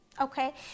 Okay